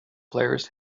players